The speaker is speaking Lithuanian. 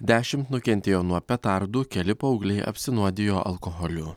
dešimt nukentėjo nuo petardų keli paaugliai apsinuodijo alkoholiu